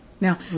Now